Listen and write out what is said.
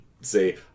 say